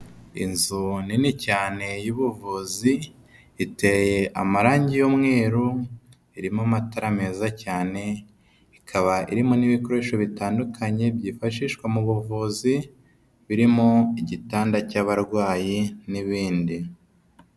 Inzu nini cyane y'ubuvuzi, iteye amarangi y'umweru, irimo amatara meza cyane, ikaba irimo n'ibikoresho bitandukanye byifashishwa mu buvuzi, birimo igitanda cy'abarwayi n'ibindi.